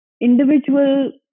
individual